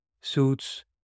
suits